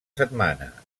setmana